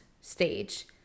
stage